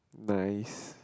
nice